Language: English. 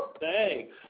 Thanks